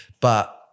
but-